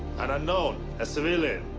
an unknown. a civilian.